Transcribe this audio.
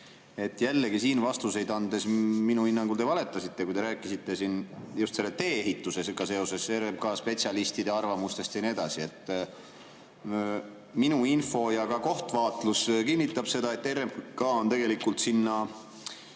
Jällegi siin vastuseid andes minu hinnangul te valetasite, kui te rääkisite just selle tee-ehitusega seoses RMK spetsialistide arvamustest ja nii edasi. Minu info ja kohtvaatlus kinnitab seda, et RMK on tegelikult sinna